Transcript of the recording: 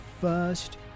first